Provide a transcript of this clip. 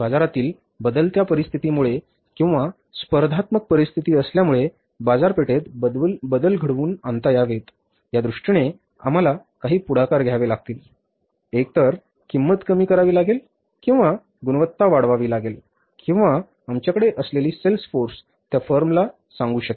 बाजारातील बदलत्या परिस्थितीमुळे किंवा स्पर्धात्मक परिस्थिती असल्यामुळे बाजारपेठेतील बदल घडवून आणता यावेत या दृष्टीने आम्हाला काही पुढाकार घ्यावे लागतील एकतर किंमत कमी करावी लागेल किंवा गुणवत्ता वाढवावी लागेल किंवा आमच्याकडे असलेली sales force त्या फर्मला सांगू शकेल